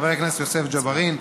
חבר הכנסת יוסף ג'בארין,